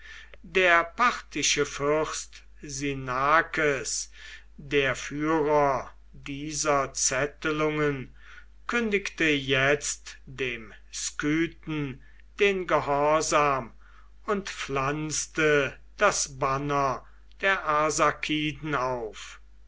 der parthische fürst sinnakes der führer dieser zettelungen kündigte jetzt dem skythen den gehorsam und pflanzte das banner der arsakiden auf